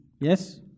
Yes